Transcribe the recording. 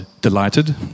delighted